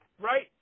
right